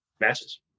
matches